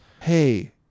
hey